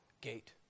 gate